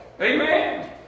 Amen